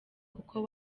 kuko